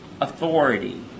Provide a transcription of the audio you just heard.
authority